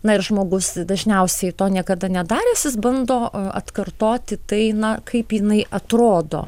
na ir žmogus dažniausiai to niekada nedaręs jis bando atkartoti tai na kaip jinai atrodo